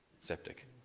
septic